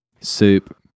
Soup